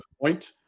point